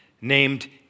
named